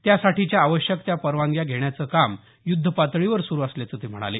त्यासाठीच्या आवश्यक त्या परवानग्या घेण्याचं काम य्ध्दपातळीवर सुरु असल्याचं ते म्हणाले